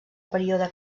període